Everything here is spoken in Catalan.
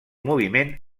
moviment